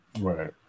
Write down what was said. Right